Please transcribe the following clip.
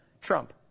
Trump